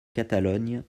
catalogne